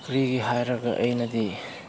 ꯀꯔꯤꯒꯤ ꯍꯥꯏꯔꯒ ꯑꯩꯅꯗꯤ